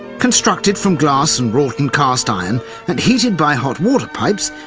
constructed from glass and wrought and cast-iron, and heated by hot-water pipes,